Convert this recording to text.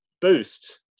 boost